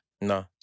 No